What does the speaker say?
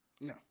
No